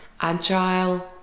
Agile